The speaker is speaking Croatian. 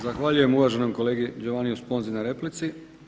Zahvaljujem uvaženom kolegi Giovanniu Sponzi na replici.